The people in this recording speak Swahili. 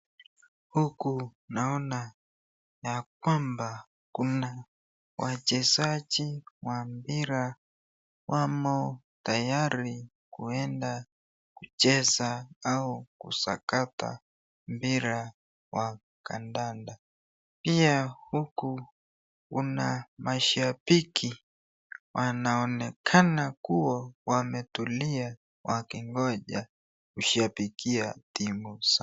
Huku naona ya kwamba kuna wachezaji wa mpira wamo tayari kuenda kucheza au kusakata mpira wa kandanda. Pia huku kuna mashabiki wanaonekana kuwa wametulia wakingoja kushabikia timu zao.